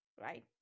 Right